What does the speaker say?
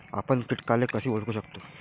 आपन कीटकाले कस ओळखू शकतो?